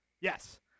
Yes